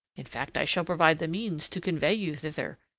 in fact, i shall provide the means to convey you thither,